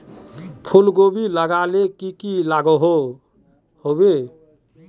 फूलकोबी लगाले की की लागोहो होबे?